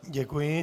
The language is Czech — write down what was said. Děkuji.